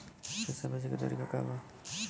पैसा भेजे के तरीका का बा?